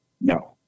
no